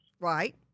Right